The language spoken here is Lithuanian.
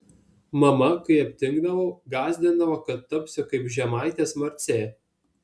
mama kai aptingdavau gąsdindavo kad tapsiu kaip žemaitės marcė